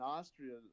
Austria